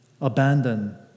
abandon